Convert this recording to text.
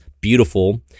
beautiful